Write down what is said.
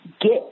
get